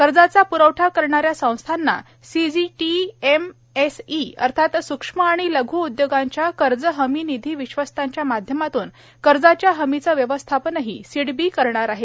कर्जाचा प्रवठा करणाऱ्या संस्थांना सीजीटीएमएसई अर्थात सूक्ष्म आणि लघ् उद्योगांच्या कर्ज हमी निधी विश्वस्तांच्या माध्यमातून कर्जाच्या हमीचे व्यवस्थापनही सिडबी करणार आहे